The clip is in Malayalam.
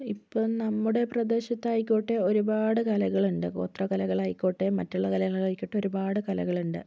ഇപ്പോൾ നമ്മുടെ പ്രദേശത്തായിക്കോട്ടെ ഒരുപാട് കലകളുണ്ട് ഗോത്ര കലകളായിക്കോട്ടെ മറ്റുള്ള കലകളായിക്കോട്ടെ ഒരുപാട് കലകളുണ്ട്